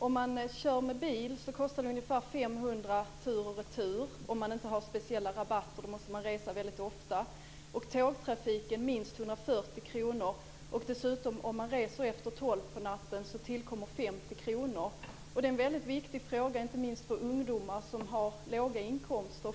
Om man kör med bil kostar den ungefär 500 kr tur och retur om man inte har speciella rabatter, och då måste man resa väldigt ofta. Tågtrafiken kostar minst 140 kr. Om man dessutom reser efter tolv på natten tillkommer 50 kr. Detta är en väldigt viktig fråga, inte minst för ungdomar som har låga inkomster.